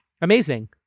amazing